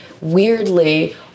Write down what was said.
weirdly